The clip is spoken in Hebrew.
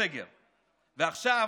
ועכשיו